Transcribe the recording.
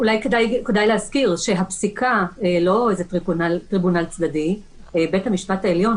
אולי כדאי להזכיר שהפסיקה בבית המשפט העליון,